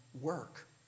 work